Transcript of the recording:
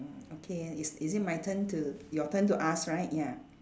mm okay it's is it my turn to your turn to ask right ya